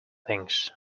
things